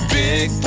big